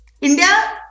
India